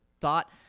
thought